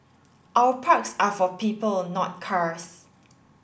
our parks are for people not cars